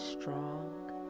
Strong